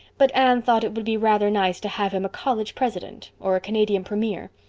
but anne thought it would be rather nice to have him a college president or a canadian premier.